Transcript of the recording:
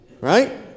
Right